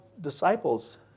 disciples